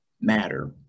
matter